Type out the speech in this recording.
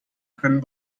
können